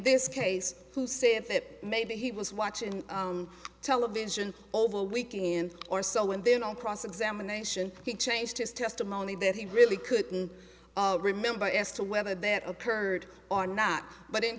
this case who said that maybe he was watching television over the weekend or so and then on cross examination he changed his testimony that he really couldn't remember as to whether that occurred or not but in